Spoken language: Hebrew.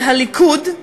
שהליכוד,